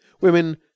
Women